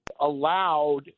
allowed